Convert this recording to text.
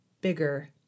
bigger